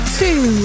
two